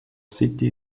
city